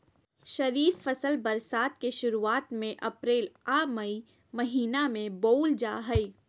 खरीफ फसल बरसात के शुरुआत में अप्रैल आ मई महीना में बोअल जा हइ